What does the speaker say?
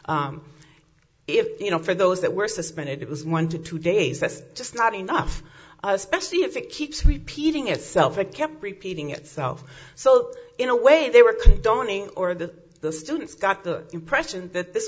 if you know for those that were suspended it was one to two days that's just not enough especially if it keeps repeating itself and kept repeating itself so in a way they were condoning or the the students got the impression that this